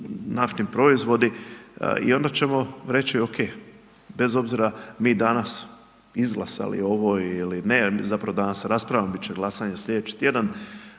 naftni proizvodi i onda ćemo reći okej, bez obzira mi danas izglasali ovo ili ne, zapravo danas raspravljamo, bit će glasanje slijedeći tjedan,